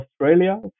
Australia